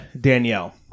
Danielle